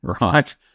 right